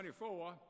24